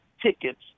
tickets